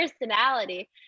personality